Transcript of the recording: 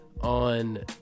on